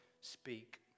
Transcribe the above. speak